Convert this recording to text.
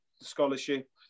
scholarship